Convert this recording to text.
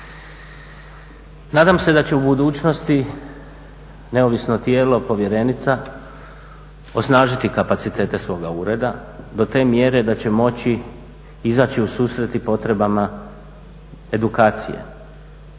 Nadam se da će u budućnosti neovisno tijelo, povjerenica, osnažiti kapacitete svoga ureda do te mjere da će moći izaći u susret i potrebama edukacije.